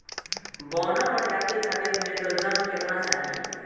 बौना प्रजाति खातिर नेत्रजन केतना चाही?